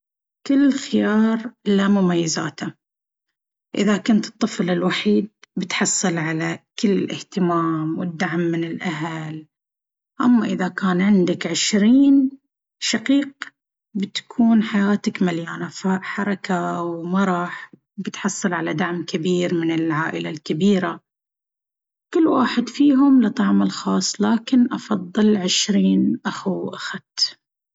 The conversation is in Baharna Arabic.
كل خيار له مميزاته! إذا كنت الطفل الوحيد، بتحصل على كل الاهتمام والدعم من الأهل. أما إذا كان عندك عشرين شقيق، بتكون حياتك مليانة حركة ومرح، وبتحصل على دعم كبير من العائلة الكبيرة. كل واحد فيهم له طعمه الخاص! لكن أفضل عشرين أخو وأخت.